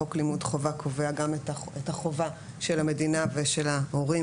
חוק לימוד חובה קובע גם את החובה של המדינה ושל ההורים